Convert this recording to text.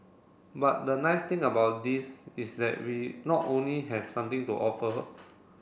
but the nice thing about this is that we not only have something to offer